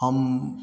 हम